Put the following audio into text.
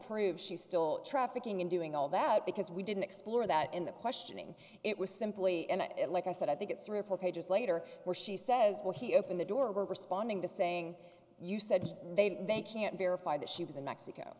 prove she's still trafficking in doing all that because we didn't explore that in the questioning it was simply like i said i think it's three or four pages later where she says well he opened the door and we're responding to saying you said they they can't verify that she was in mexico